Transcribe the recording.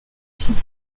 sont